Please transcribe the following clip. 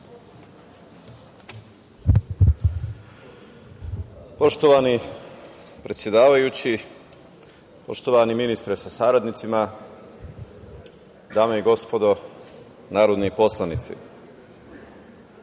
Poštovani predsedavajući, poštovani ministre sa saradnicima, dame i gospodo narodni poslanici,